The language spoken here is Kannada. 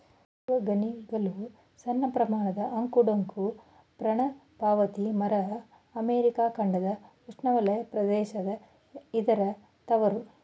ದೇವಗಣಿಗಲು ಸಣ್ಣಪ್ರಮಾಣದ ಅಂಕು ಡೊಂಕು ಪರ್ಣಪಾತಿ ಮರ ಅಮೆರಿಕ ಖಂಡದ ಉಷ್ಣವಲಯ ಪ್ರದೇಶ ಇದರ ತವರು